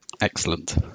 excellent